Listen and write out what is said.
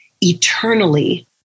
eternally